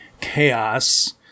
chaos